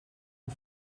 een